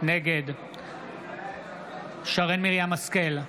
נגד שרן מרים השכל,